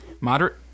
Moderate